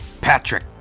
Patrick